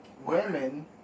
women